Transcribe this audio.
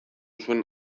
zuen